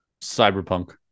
Cyberpunk